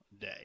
day